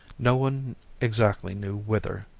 no one exactly knew whither.